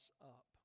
up